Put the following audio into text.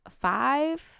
five